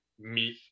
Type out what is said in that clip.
meet